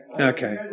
Okay